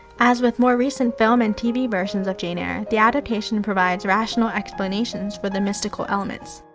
as with more recent film and tv versions of jane eyre, the adaptation provides rational explanations for the mystical elements.